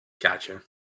Gotcha